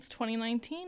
2019